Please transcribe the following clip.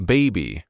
Baby